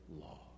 law